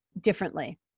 differently